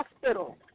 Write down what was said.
Hospital